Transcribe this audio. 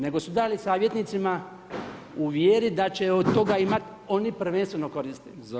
Nego su dali savjetnicima u vjeri da će od toga imati oni prvenstveno koristi.